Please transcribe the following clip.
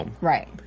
Right